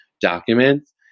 documents